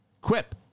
quip